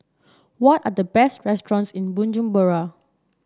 what are the best restaurants in Bujumbura